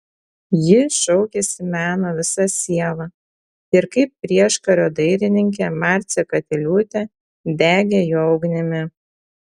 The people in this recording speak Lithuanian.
ji šaukėsi meno visa siela ir kaip prieškario dailininkė marcė katiliūtė degė jo ugnimi